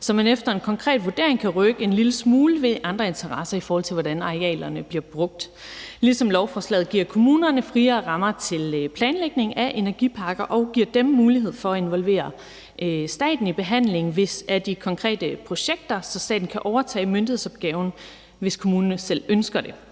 så man efter en konkret vurdering kan rykke en lille smule ved andres interesser i forhold til hvordan arealerne bliver brugt, ligesom lovforslaget giver kommunerne friere rammer til planlægning af energiparker og giver dem mulighed for at involvere staten i behandling af de konkrete projekter, så staten kan overtage myndighedsopgaven, hvis kommunen selv ønsker det.